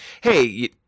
hey